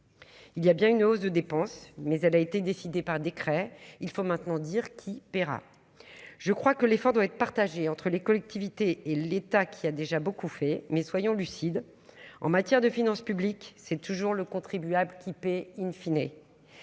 il y a bien une hausse de dépenses, mais elle a été décidée par décret, il faut maintenant dire : qui paiera, je crois que l'effort doit être partagé entre les collectivités et l'État qui a déjà beaucoup fait, mais soyons lucides, en matière de finances publiques, c'est toujours le contribuable qui paie in fine